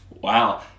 Wow